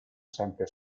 sempre